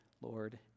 Lord